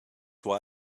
why